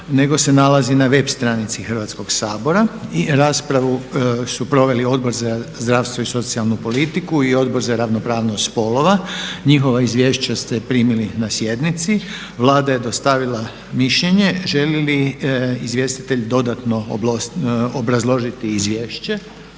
nego se nalazi na web stranici Hrvatskog sabora. I raspravu su proveli Odbor za zdravstvo i socijalnu politiku i Odbor za ravnopravnost spolova. Njihova izvješća ste primili na sjednici. Vlada je dostavila mišljenje. Želi li izvjestitelj dodatno obrazložiti izvješće?